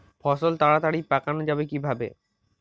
ফসল তাড়াতাড়ি পাকানো যাবে কিভাবে?